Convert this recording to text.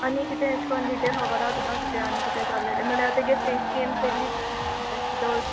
आनी कितें एश करून डिटेल खबर आसा तुका कितें आनी कितें जाल्यार म्हणल्यार तेगे फेस बी चोयल्ली तुंवें